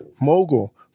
Mogul